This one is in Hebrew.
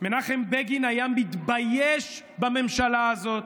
מנחם בגין היה מתבייש בממשלה הזאת,